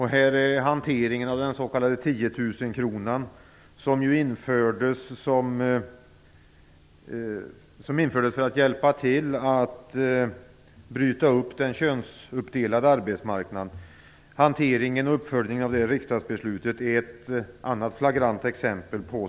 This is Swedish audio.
Här är hanteringen och uppföljningen av riksdagsbeslutet om den s.k. tiotusenkronan, som ju infördes för att hjälpa till att bryta upp den könsuppdelade arbetsmarknaden, ett annat flagrant exempel.